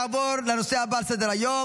נעבור לנושא הבא על סדר-היום,